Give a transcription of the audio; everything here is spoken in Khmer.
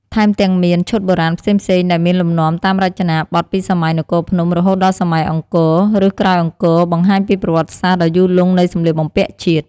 ថែមទាំងមាន ឈុតបុរាណផ្សេងៗ ដែលមានលំនាំតាមរចនាបថពីសម័យនគរភ្នំ រហូតដល់សម័យអង្គរ ឬក្រោយអង្គរ បង្ហាញពីប្រវត្តិសាស្ត្រដ៏យូរលង់នៃសម្លៀកបំពាក់ជាតិ។